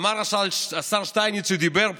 אמר השר שטייניץ, שדיבר פה,